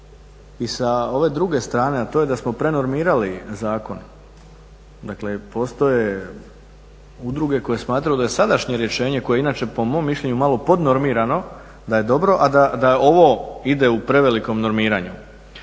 i sa ove druge strane, a to je da smo prenormirali zakon. Dakle, postoje udruge koje smatraju da je sadašnje rješenje koje je inače po mom mišljenju malo podnormirano da je dobro, a da ovo ide u prevelikom normiranju.